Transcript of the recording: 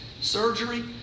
surgery